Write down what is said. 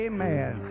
Amen